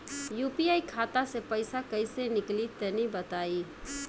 UPI खाता से पइसा कइसे निकली तनि बताई?